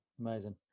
amazing